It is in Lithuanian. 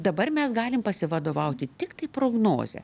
dabar mes galim pasivadovauti tiktai prognoze